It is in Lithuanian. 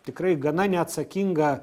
tikrai gana neatsakingą